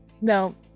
No